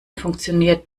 funktioniert